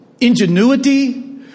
ingenuity